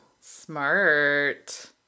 Smart